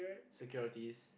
securities